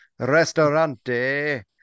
Restaurante